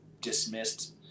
dismissed